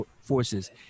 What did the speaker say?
forces